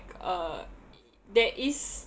uh there is